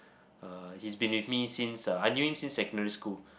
uh he's been with me since uh I knew him since secondary school